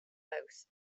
both